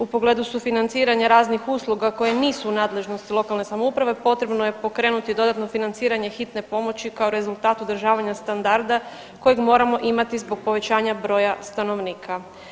U pogledu sufinanciranja raznih usluga koje nisu u nadležnosti lokalne samouprave potrebno je pokrenuti dodatno financiranje hitne pomoći kao rezultatu održavanja standarda kojega moramo imati zbog povećanja broj stanovnika.